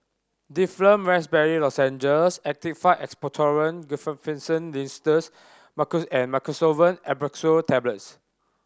Difflam Raspberry Lozenges Actified Expectorant Guaiphenesin Linctus and Mucosolvan Ambroxol Tablets